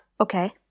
Okay